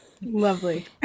Lovely